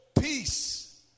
peace